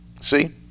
See